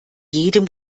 jedem